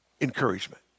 encouragement